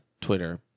Twitter